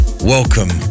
Welcome